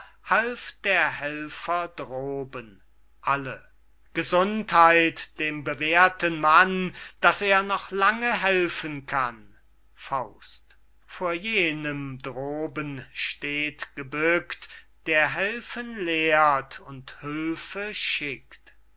der helfer droben gesundheit dem bewährten mann daß er noch lange helfen kann vor jenem droben steht gebückt der helfen lehrt und hülfe schickt